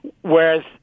whereas